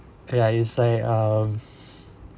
okay like you say um